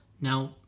Now